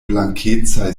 blankecaj